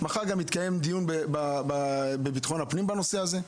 מחר גם יתקיים דיון בוועדה לביטחון הפנים בנושא הזה,